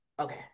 okay